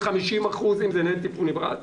50% אם זה ניידת טיפול נמרץ.